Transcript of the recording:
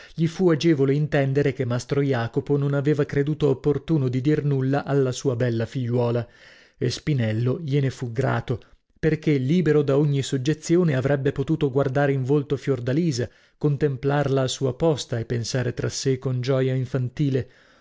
gli fu agevole intendere che mastro jacopo non aveva creduto opportuno di dir nulla alla sua bella figliuola e spinello gliene fu grato perchè libero da ogni soggezione avrebbe potuto guardare in volto fiordalisa contemplarla a sua posta e pensare tra sè con gioia infantile